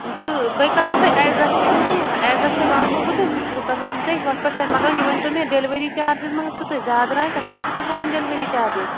تہٕ بٔے کَرہو تۄہہِ ایٚڈرَسُک چھُنہٕ کہینۍ نہٕ ایٚڈرَس ۂے وَنہو بہٕ تۄہہِ سُہ چھُ کَرہو بہٕ تۄہہِ ہوٚتھ پٮ۪ٹھ سیٚنٛڈ مگر یہِ ؤنتو مےٚ ڈیٚلؤری چارجِز ما حظ چھُو تُہۍ زیادٕ رَٹان تُہۍ کوٗتاہ ہیٚوان ڈیٚلؤری چارجِز